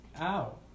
Ow